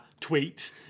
tweet